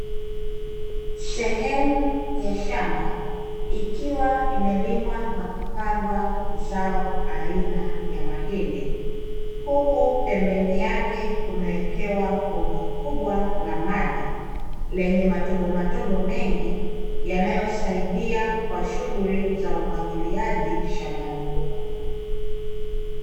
Sehemu ya shamba, ikiwa imelimwa na kupandwa zao aina ya mahindi, huku pembeni yake kumewekewa bomba kubwa la maji, lenye matobomatobo mengi yanayosaidia kwa shughuli za umwagiliaji shambani humo.